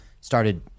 started